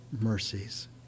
mercies